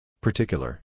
Particular